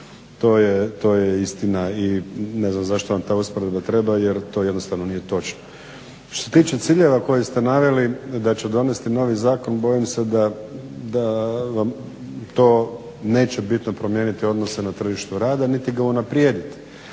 To je istina i ne znam zašto vam ta usporedba treba jer to jednostavno nije točno. Što se tiče ciljeva koje ste naveli da će donesti novi Zakon bojim se da vam to neće bitno promijeniti odnose na tržištu rada niti ga unaprijediti.